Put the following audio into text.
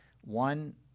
One